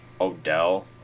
Odell